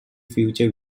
future